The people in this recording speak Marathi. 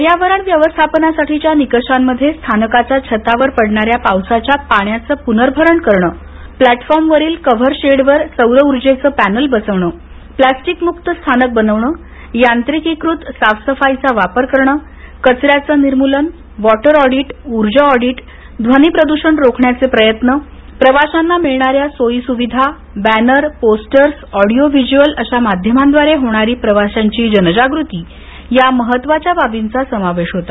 पर्यावरण व्यवस्थापनासाठीच्या निकषांमध्ये स्थानकाच्या छतावर पडणाऱ्या पावसाच्या पाण्याचे पूनर्भरण करणं फ्लॅटफॉर्मवरील कव्हर शेडवर सौरऊर्जेचे पॅनेल बसवणं प्लास्टिकमुक्त स्थानक बनवणं यांत्रिकीकृत साफ सफाईचा वापर करणं कचऱ्याचं निर्मूलन वॉटर ऑडिट ऊर्जा ऑडिट ध्वनिप्रदूषण रोखण्याचे प्रयत्न प्रवाशांना मिळणाऱ्या सोयी सुविधा बॅनर पोस्टर्स ऑडिओ व्हिज्युअल अशा माध्यमांद्वारे प्रवाशांची होणारी जनजागृती या महत्त्वाच्या बाबींचा समावेश होता